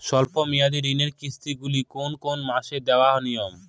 স্বল্প মেয়াদি ঋণের কিস্তি গুলি কোন কোন মাসে দেওয়া নিয়ম?